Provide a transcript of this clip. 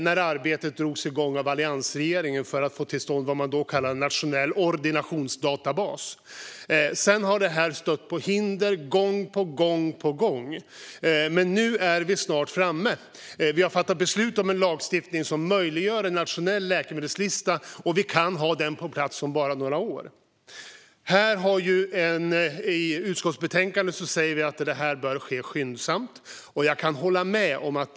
Då drogs arbetet igång av alliansregeringen för att få till stånd vad man då kallade för en nationell ordinationsdatabas. Sedan har detta stött på hinder gång på gång, men nu är vi snart framme. Vi har fattat beslut om en lagstiftning som möjliggör en nationell läkemedelslista, och vi kan ha den på plats om bara några år. I utskottsbetänkandet säger vi att detta bör ske skyndsamt, och jag kan hålla med om det.